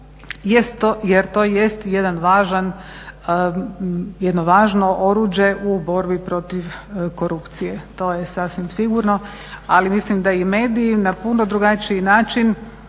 važan, jedno važno oruđe u borbi protiv korupcije. To je sasvim sigurno. Ali mislim da i mediji na puno drugačiji način